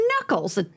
knuckles